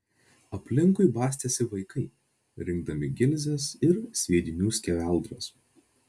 aplinkui bastėsi vaikai rinkdami gilzes ir sviedinių skeveldras